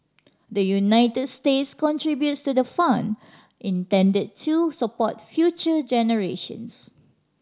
the United States contributes to the fund intended to support future generations